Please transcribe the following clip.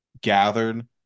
gathered